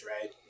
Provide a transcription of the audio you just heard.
right